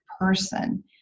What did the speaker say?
person